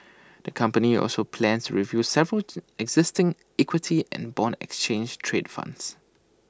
the company also plans to review several to existing equity and Bond exchange trade funds